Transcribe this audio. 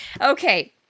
Okay